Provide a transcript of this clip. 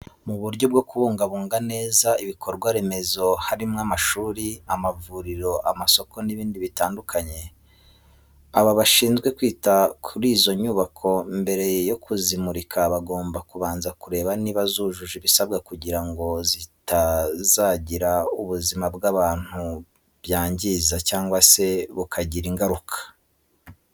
Mu buryo bwo kubungabunga neza ibikorwa remezo harimo amashuri, amavuriro, amasoko n'ibindi bitandukanye. Ababa bashinzwe kwita kuri izo nyubako mbere yo kuzimurika bagomba kubanza kureba niba zujuje ibisabwa kugirango bitazagira ubuzima bw'abantu byangiza cyangwa se bukagira ingaruka.